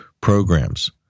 programs